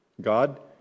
God